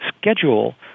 schedule